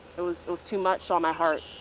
that was so too much um my heart.